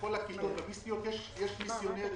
בכל הכתות המיסטיות יש מיסיונרים.